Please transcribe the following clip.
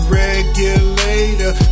regulator